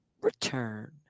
return